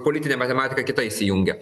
politinė matematika kita įsijungia